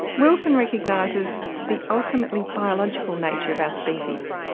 wilson recognises the ultimately biological nature of our species,